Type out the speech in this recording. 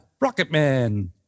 Rocketman